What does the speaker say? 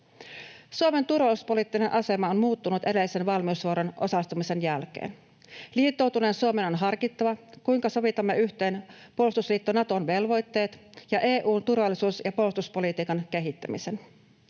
Suomen turvallisuuspoliittinen asema on muuttunut edellisen valmiusvuoroon osallistumisen jälkeen. Liittoutuneen Suomen on harkittava, kuinka sovitamme yhteen puolustusliitto Naton velvoitteet ja EU:n turvallisuus- ja puolustuspolitiikan kehittämisen.